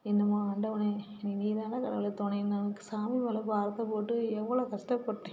என்னமோ ஆண்டவனே என்னைய நீதானே கடவுளே துணையினு நமக்கு சாமிமேல் பாரத்தைப்போட்டு எவ்வளோ கஷ்டப்பட்டேன்